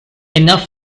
enough